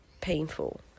painful